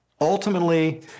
Ultimately